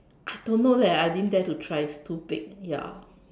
I don't know leh I didn't dare to try it's too big ya